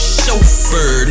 chauffeur